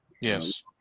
Yes